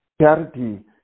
charity